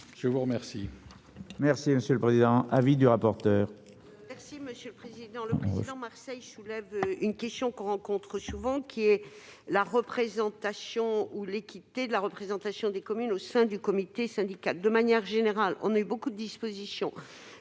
je vous remercie